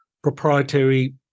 proprietary